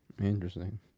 Interesting